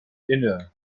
inne